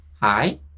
Hi